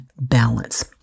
balance